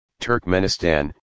Turkmenistan